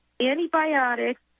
antibiotics